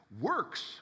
Works